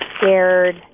scared